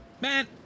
Man